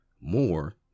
more